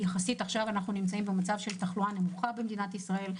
יחסית עכשיו אנחנו נמצאים במצב של תחלואה נמוכה במדינת ישראל,